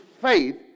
faith